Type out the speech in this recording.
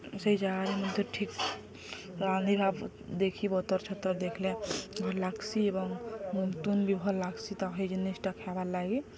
ସେଇ ଜାଗାରେ ମଧ୍ୟ ଠିକ୍ ରାନ୍ଧିିବା ଦେଖି ବତର ଦେଖିଲେ ଭଲ ଲାଗସି ଏବଂ ମୁତୁନ ବି ଭଲ୍ ଲାଗ ତ ସେଇ ଜିନିଷଟା ଖାଇବାର୍ ଲାଗିସି